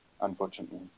unfortunately